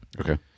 Okay